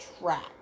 track